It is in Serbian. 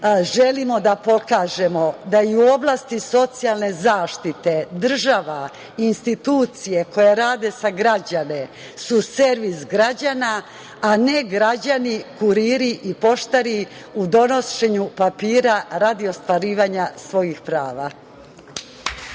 želimo da pokažemo da i u oblasti socijalne zaštite država i institucije koje rade za građane su servis građana, a ne građani kuriri i poštari u donošenju papira radi ostvarivanja svojih prava.